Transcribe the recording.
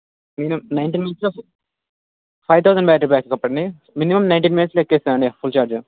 mini nineteen మినిట్స్లో five thousand battery backup అండి minimum nineteen మినిట్స్లో ఎక్కుతుంది అండి ఫుల్ చార్జ్